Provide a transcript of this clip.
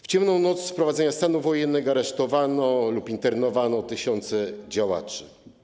W ciemną noc wprowadzenia stanu wojennego aresztowano lub internowano tysiące działaczy.